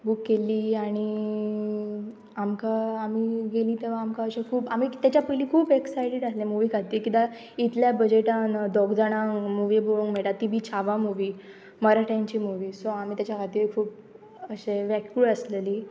book केल्ली आनी आमकां आमी गेलीं ते आमकां अशे खूब आमी तेच्या पयलीं खूब एक्सायटीड आसले मुवी खातीर कित्याक इतल्या बजेटान दोग जाणांक मुवी पळोवंक मेळटा ती बी छावा मुवी मराठ्यांची मुवी सो आमी तेच्या खातीर खूब अशें वेकूळ आसलेली